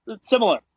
similar